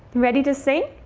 ready to sing?